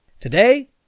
Today